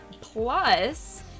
Plus